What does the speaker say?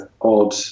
odd